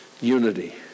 unity